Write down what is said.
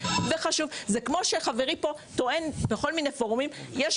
זה כמו שחברי פה טוען בכל מיני פורומים שיש